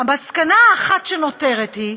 המסקנה האחת שנותרת היא,